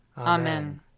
Amen